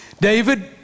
David